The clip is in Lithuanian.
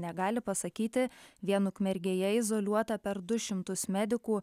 negali pasakyti vien ukmergėje izoliuota per du šimtus medikų